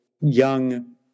young